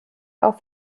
auf